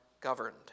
governed